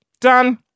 done